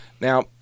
Now